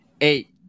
eight